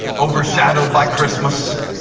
overshadowed by christmas